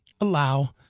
allow